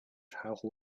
柴胡